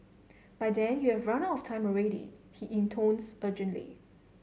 by then you have run out of time already he intones urgently